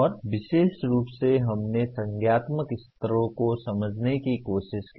और विशेष रूप से हमने संज्ञानात्मक स्तरों को समझने की कोशिश की